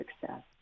success